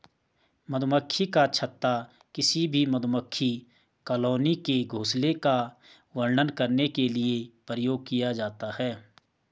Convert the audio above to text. मधुमक्खी का छत्ता किसी भी मधुमक्खी कॉलोनी के घोंसले का वर्णन करने के लिए प्रयोग किया जाता है